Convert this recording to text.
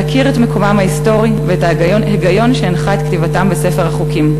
להכיר את מקומם ההיסטורי ואת ההיגיון שהנחה את כתיבתם בספר החוקים,